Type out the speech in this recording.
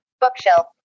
bookshelf